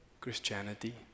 Christianity